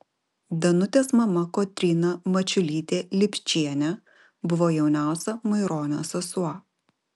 danutės mama kotryna mačiulytė lipčienė buvo jauniausia maironio sesuo